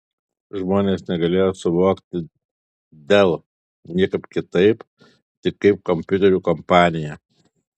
žmonės negalėjo suvokti dell niekaip kitaip tik kaip kompiuterių kompaniją